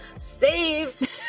saved